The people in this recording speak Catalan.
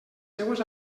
seues